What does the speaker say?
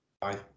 Bye